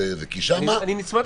אני נצמד.